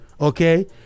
okay